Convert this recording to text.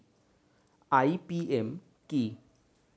IPM কি?